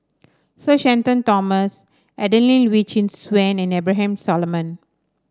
Sir Shenton Thomas Adelene Wee Chin Suan and Abraham Solomon